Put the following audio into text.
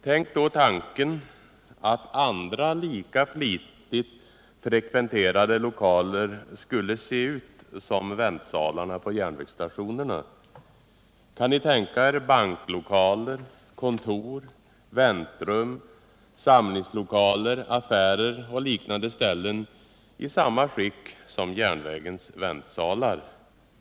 Tänk då tanken att andra lika flitigt frekventerade lokaler skulle se ut som väntsalarna på järnvägsstationerna! Kan ni tänka er banklokaler, kontor, väntrum, samlingslokaler, affärer och liknande ställen i samma skick som järnvägens väntsalar?